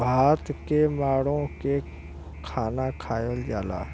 भात के माड़ो के खाना खायल जाला